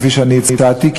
כפי שאני הצעתי,